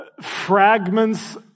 Fragments